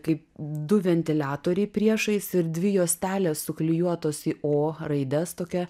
kaip du ventiliatoriai priešais ir dvi juostelės suklijuotos į o raides tokia